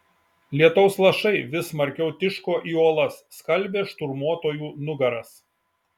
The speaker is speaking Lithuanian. lietaus lašai vis smarkiau tiško į uolas skalbė šturmuotojų nugaras